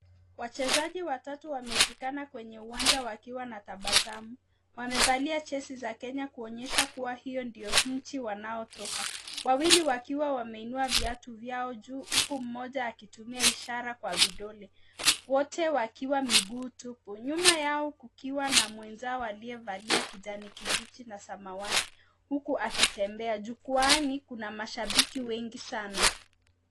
Wachezaji watatu wameshikana kwenye uwanja wakiwa na tabasamu wamevalia jezi za kenya kuonyesha kuwa hiyo ndio nchi wanaotoka wawili wakiwa wameinua viatu vyao juu huku mmoja akitumia ishara kwa vidole wote wakiwa miguu tupu nyuma yao kukiwa na mwenzao aliyevalia kijani kibichi na samawati huku akitembea jukwaani kuna mashabiki wengi sana.